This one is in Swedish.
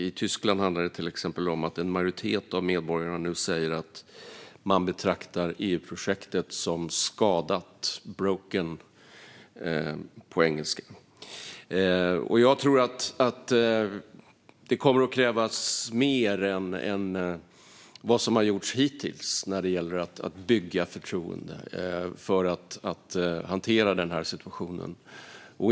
I Tyskland, till exempel, handlar det om en majoritet av medborgarna som nu säger att man betraktar EU-projektet som skadat - broken på engelska. Jag tror att det kommer att krävas mer än vad som har gjorts hittills när det gäller att bygga förtroende för att hantera den här situationen.